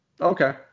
Okay